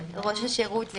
ראש השירות,